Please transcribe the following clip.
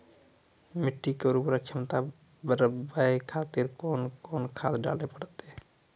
मिट्टी के उर्वरक छमता बढबय खातिर कोंन कोंन खाद डाले परतै?